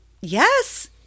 Yes